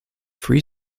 free